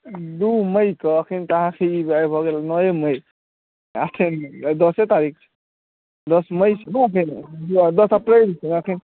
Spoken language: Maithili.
दू मइकेँ एखन तऽ अहाँ नओए मइ एखन दसे तारीख छै दस मइ छै ने एखन नओ दस अप्रैल छै एखन